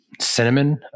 cinnamon